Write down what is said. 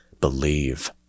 believe